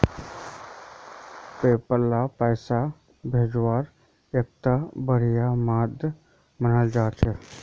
PayPal पैसा भेजवार एकता बढ़िया माध्यम मानाल जा छेक